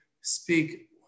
speak